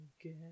again